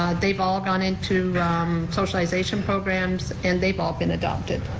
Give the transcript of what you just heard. they've all gone into socialization programs and they've all been adopted.